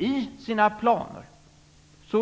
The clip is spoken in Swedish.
I sina planer